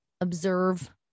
observe